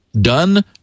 done